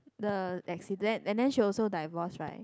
the accident and then she also divorce right